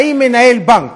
האם מנהל בנק